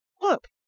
Look